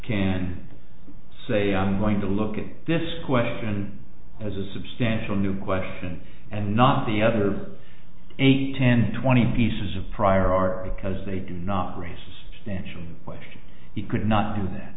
can say i'm going to look at this question as a substantial new question and not the other eight ten twenty pieces of prior art because they did not raise questions you could not do